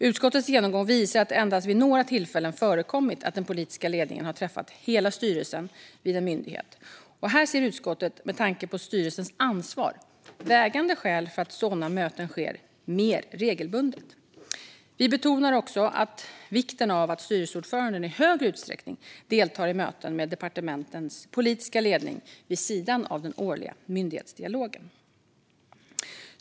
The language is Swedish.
Utskottets genomgång visar att det endast vid några tillfällen förekommit att den politiska ledningen har träffat hela styrelsen vid en myndighet. Med tanke på styrelsens ansvar ser utskottet vägande skäl för att sådana möten ska ske mer regelbundet. Vi betonar också vikten av att styrelseordförande i större utsträckning deltar i möten med departementens politiska ledning vid sidan av den årliga myndighetsdialogen.